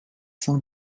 sans